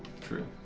True